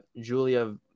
Julia